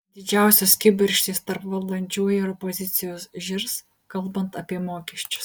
didžiausios kibirkštys tarp valdančiųjų ir opozicijos žirs kalbant apie mokesčius